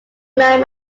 man